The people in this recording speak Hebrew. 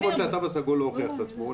כי יש מקומות שהתו הסגול לא הוכיח את עצמו,